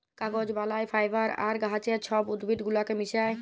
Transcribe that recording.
কাগজ বালায় ফাইবার আর গাহাচের ছব উদ্ভিদ গুলাকে মিশাঁয়